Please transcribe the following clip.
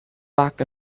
back